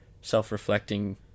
self-reflecting